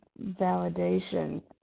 validation